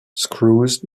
screws